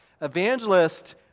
Evangelist